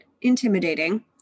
intimidating